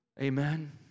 Amen